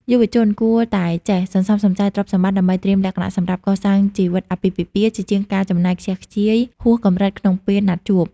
យុវជនគួរតែចេះ "សន្សំសំចៃទ្រព្យសម្បត្តិ" ដើម្បីត្រៀមលក្ខណៈសម្រាប់កសាងជីវិតអាពាហ៍ពិពាហ៍ ជាជាងការចំណាយខ្ជះខ្ជាយហួសកម្រិតក្នុងពេលណាត់ជួប។